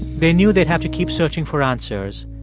they knew they'd have to keep searching for answers,